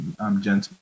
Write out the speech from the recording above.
gentlemen